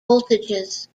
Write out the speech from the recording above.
voltages